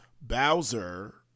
Bowser